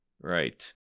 Right